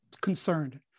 concerned